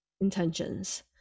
intentions